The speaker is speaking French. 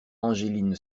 angeline